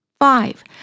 Five